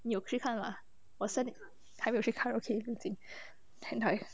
你有去看吗我 sent 你还没有去 okay 不用紧 then like